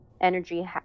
energy